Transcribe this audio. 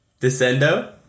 Descendo